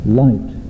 light